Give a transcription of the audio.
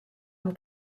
amb